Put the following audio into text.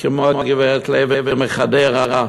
כמו הגברת לוי מחדרה,